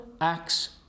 acts